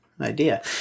idea